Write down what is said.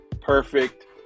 Perfect